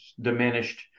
diminished